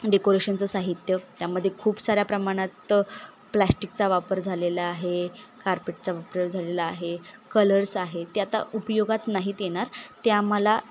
डेकोरेशनचं साहित्य त्यामध्ये खूप साऱ्या प्रमाणात प्लॅस्टिकचा वापर झालेला आहे कार्पेटचा वापर झालेला आहे कलर्स आहे ते आता उपयोगात नाहीत येणार ते आम्हाला